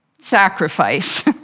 sacrifice